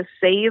save